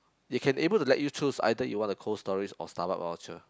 it can able to let you choose either you want a Cold Storage or Starbucks voucher